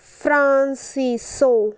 francisco